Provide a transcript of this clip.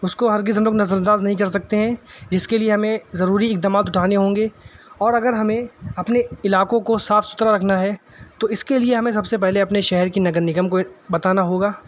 اس کو ہرگز ہم لوگ نظر انداز نہیں کر سکتے ہیں جس کے لیے ہمیں ضروری اقدامات اٹھانے ہوں گے اور اگر ہمیں اپنے علاقوں کو صاف ستھرا رکھنا ہے تو اس کے لیے ہمیں سب سے پہلے اپنے شہر کی نگر نگم کو بتانا ہوگا